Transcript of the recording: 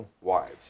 wives